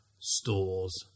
stores